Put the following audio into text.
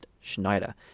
Schneider